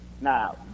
Now